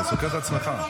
אתה סותר את עצמך.